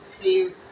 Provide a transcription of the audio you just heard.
team